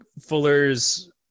Fuller's